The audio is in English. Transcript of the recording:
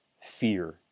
fear